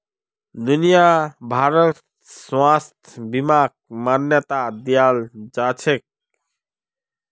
दुनिया भरत स्वास्थ्य बीमाक मान्यता दियाल जाछेक